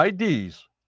IDs